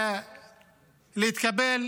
להתקבל